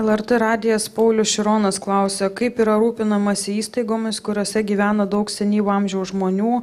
lrt radijas paulius šironas klausė kaip yra rūpinamasi įstaigomis kuriose gyvena daug senyvo amžiaus žmonių